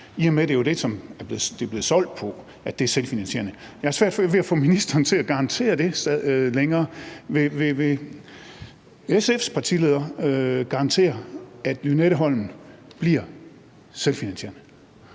i og med at det jo er det, som det er blevet solgt på – at det er selvfinansierende. Jeg har svært ved at få ministeren til at garantere det længere. Vil SF's partileder garantere, at Lynetteholmen bliver selvfinansierende?